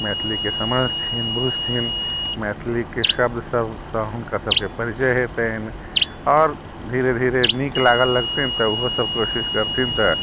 मैथिलीके समझथिन बुझथिन मैथिलीके शब्द सभसँ हुनका सभके परिचय हेतनि आओर धीरे धीरे नीक लागऽ लगतनि तऽ ओहो सभ कोशिश करथिन तऽ